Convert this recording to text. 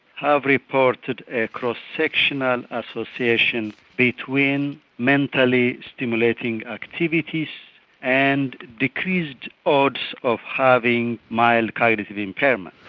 have reported a cross-sectional association between mentally stimulating activities and decreased odds of having mild cognitive impairment.